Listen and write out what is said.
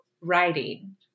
writing